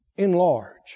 enlarge